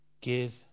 give